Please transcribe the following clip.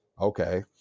okay